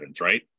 right